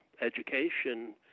education